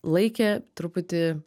laikė truputį